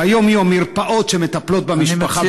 ביום-יום מרפאות שמטפלות במשפחה,